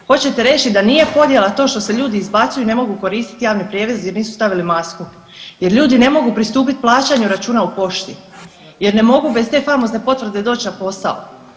Hoćete reći da nije podjela to što se ljudi izbacuju i ne mogu koristiti javni prijevoz jer nisu stavili masku jer ljudi ne mogu pristupiti plaćanju računa u pošti jer ne mogu bez te famozne potvrde doć na posao?